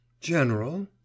General